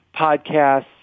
podcasts